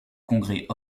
congrès